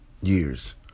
years